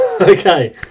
Okay